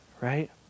right